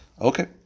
Okay